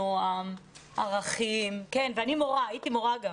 נועם, ערכים, כן, ואני הייתי מורה גם,